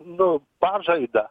nu pažaidą